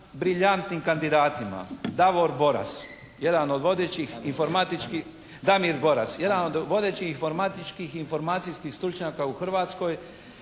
informatičkih, Danijel Boras, jedan od vodećih informatičkih i informacijskih stručnjaka u Hrvatskoj,